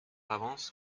avance